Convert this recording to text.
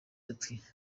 ati